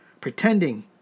Pretending